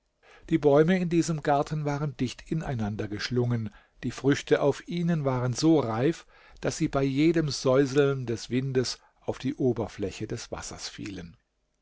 die bäume in diesem garten waren dicht ineinander geschlungen die früchte auf ihnen waren so reif daß sie bei jedem säuseln des windes auf die oberfläche des wassers fielen